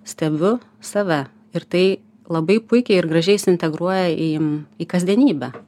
stebiu save ir tai labai puikiai ir gražiai suintegruoja į į kasdienybę